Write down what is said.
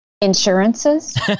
Insurances